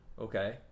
Okay